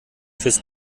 fürs